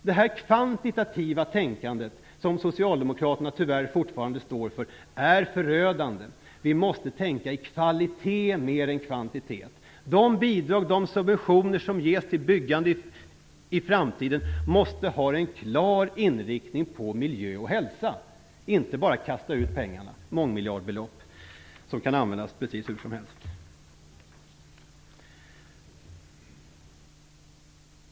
Det kvantitativa tänkande som Socialdemokraterna tyvärr fortfarande står för är förödande. Vi måste tänka på kvalitet mer än på kvantitet. De bidrag och subventioner som ges till byggandet i framtiden måste ha en klar inriktning på miljö och hälsa. Man kan inte bara kasta ut mångmiljardbelopp för att användas precis hur som helst.